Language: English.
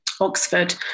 Oxford